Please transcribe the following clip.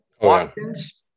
Watkins